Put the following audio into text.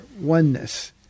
oneness